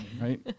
right